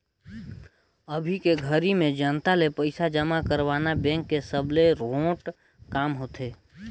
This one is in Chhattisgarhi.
अभी के घरी में जनता ले पइसा जमा करवाना बेंक के सबले रोंट काम होथे